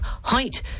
height